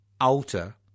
alter